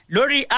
Lori